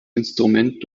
instrument